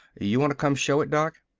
you want to come show it, doc?